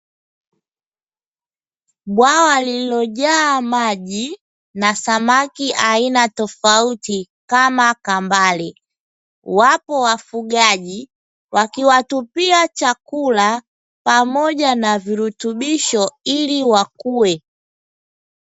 Bwawa lililojaa maji na samaki aina tofauti kama kambale. Wapo wafugaji wakiwatupia chakula pamoja na virutubisho ili wakue.